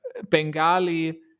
Bengali